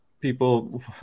people